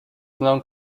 known